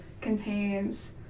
contains